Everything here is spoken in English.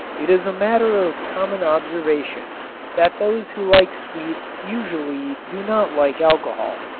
it is a matter of common observation that those who like sweets usually do not like alcohol.